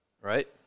right